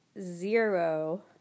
zero